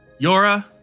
Yora